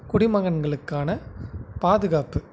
குடிமகன்களுக்கான பாதுகாப்பு